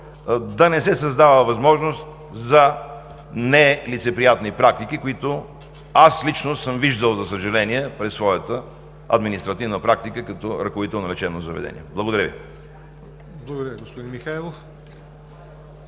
да не се създава възможност за нелицеприятни практики, които аз лично съм виждал, за съжаление, през своята административна практика като ръководител на лечебно заведение. Благодаря Ви.